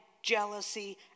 jealousy